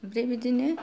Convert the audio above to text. ओमफ्राय बिदिनो